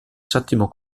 settimo